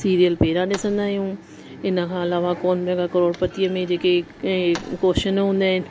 serial पहिरां ॾिसंदा आहियूं इनखां अलावा कौन बनेगा करोड़पतीअ में जेके कोश्चन हूंदा आहिनि